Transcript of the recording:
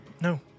No